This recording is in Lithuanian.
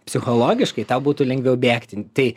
psichologiškai tau būtų lengviau bėgti tai